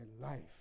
life